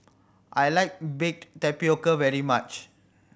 I like baked tapioca very much